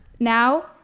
Now